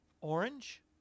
Orange